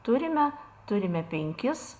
turime turime penkis